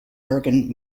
bergen